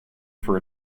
for